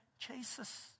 Jesus